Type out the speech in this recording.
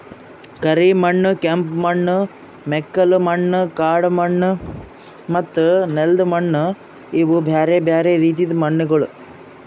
ಕರಿ ಮಣ್ಣು, ಕೆಂಪು ಮಣ್ಣು, ಮೆಕ್ಕಲು ಮಣ್ಣು, ಕಾಡು ಮಣ್ಣು ಮತ್ತ ನೆಲ್ದ ಮಣ್ಣು ಇವು ಬ್ಯಾರೆ ಬ್ಯಾರೆ ರೀತಿದು ಮಣ್ಣಗೊಳ್